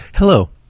Hello